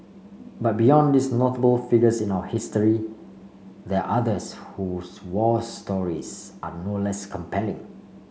but beyond these notable figures in our history there others whose war stories are no less compelling